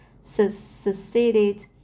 succeeded